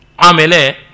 amele